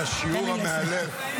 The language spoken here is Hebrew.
תודה רבה לשרה גמליאל על השיעור המאלף.